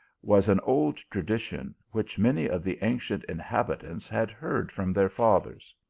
was an old tradition which many of the ancient inhabitants had heard from their fathers.